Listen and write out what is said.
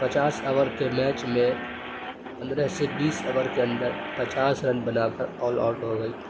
پچاس اوور کے میچ میں پندرہ سے بیس اوور کے اندر پچاس رن بنا کر آل آوٹ ہو گئی